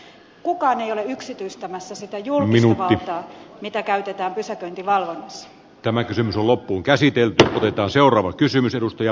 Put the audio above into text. kukaan ei ole yksityistämässä sitä julkista valtaa mitä käytetään pysäköintivalvonnassa tämä kysymys on loppuunkäsitelty otetaan seuraava kysymys edustaja